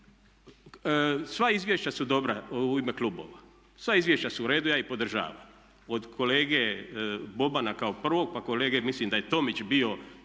Sva izvješća su dobra u ime klubova, sva izvješća su u redu, ja ih podržavam. Od kolege Bobana kao prvog, pa kolege mislim da je Tomić bio,